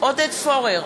עודד פורר,